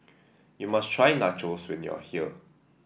you must try Nachos when you are here